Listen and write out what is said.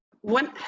one